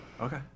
Okay